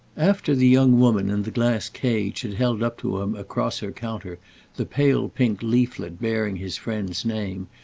after the young woman in the glass cage had held up to him across her counter the pale-pink leaflet bearing his friend's name,